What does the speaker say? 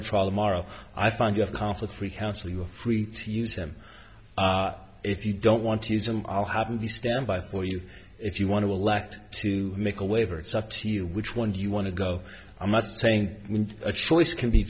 to try to morrow i find you have conflict free council you're free to use them if you don't want to use them i'll have the standby for you if you want to elect to make a waiver it's up to you which one do you want to go i'm not saying a choice can be a